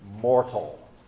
mortal